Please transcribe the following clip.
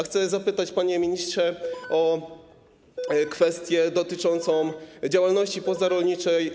Chcę zapytać, panie ministrze, o kwestię dotyczącą działalności pozarolniczej.